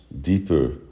deeper